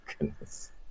goodness